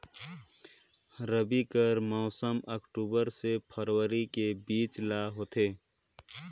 रबी कर मौसम अक्टूबर से फरवरी के बीच ल होथे